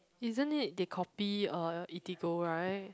isn't it they copy uh Eatigo right